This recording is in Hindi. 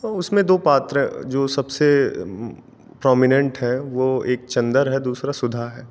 उसमे दो पात्र जो सबसे प्रोमिनेन्ट है वह एक चंदर है दूसरा सुधा है